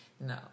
No